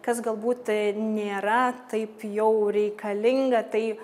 kas galbūt nėra taip jau reikalinga tai